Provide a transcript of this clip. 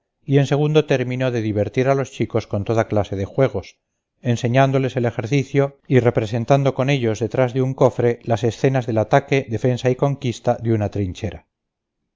y en segundo término divertir a los chicos con toda clase de juegos enseñándoles el ejercicio y representando con ellos detrás de un cofre las escenas del ataque defensa y conquista de una trinchera